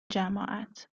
جماعت